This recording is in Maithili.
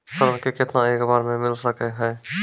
ऋण केतना एक बार मैं मिल सके हेय?